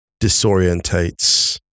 disorientates